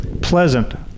pleasant